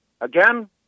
again